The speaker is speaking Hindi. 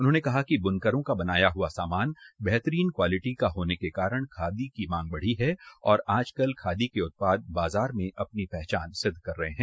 उन्होंनें कहा कि बुनकरों का बनाया हुआ सामान बेहतरीन क्वालिटी का होने के कारण खादी की मांग बढ रही है और आजकल खादी के उत्पाद बाजार में अपनी पहचान सिद्ध कर रहे हैं